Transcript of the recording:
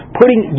putting